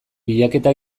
bilaketa